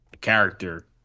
Character